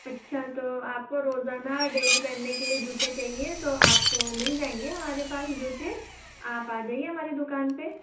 अच्छा तो आपको रोज़ाना डेली पहनने के लिए जूते चाहिए तो आपको मिल जाएंगे हमारे पास जूते आप आ जाइए हमारी दुकान पर